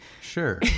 Sure